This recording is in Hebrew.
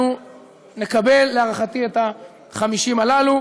אנחנו נקבל, להערכתי, את ה-50 הללו.